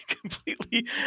completely